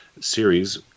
series